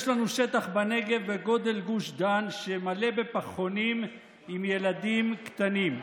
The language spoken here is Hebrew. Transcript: יש לנו שטח בנגב בגודל גוש דן שמלא בפחונים עם ילדים קטנים.